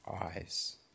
eyes